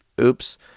oops